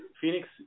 Phoenix